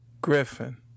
Griffin